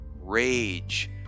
rage